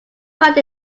find